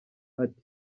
ati